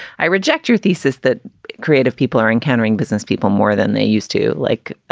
i reject your thesis that creative people are encountering business people more than they used to like.